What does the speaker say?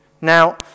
Now